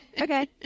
Okay